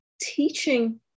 teaching